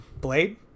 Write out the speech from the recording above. Blade